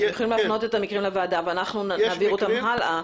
אתם יכולים להפנות את המקרים לוועדה ואנחנו נעביר אותם הלאה.